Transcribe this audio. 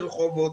מרחובות,